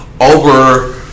over